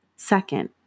Second